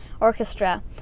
Orchestra